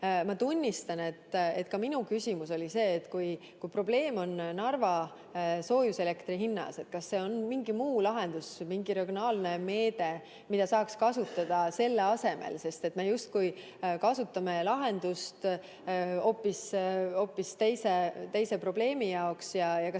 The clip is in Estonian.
Ma tunnistan, et ka minu küsimus oli see, et kui probleem on Narva soojuselektri hinnas, siis kas on mingi muu lahendus, kas või mingi regionaalne meede, mida saaks kasutada selle asemel. Me justkui kasutame lahendust hoopis teise probleemi jaoks ja ehk